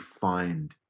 find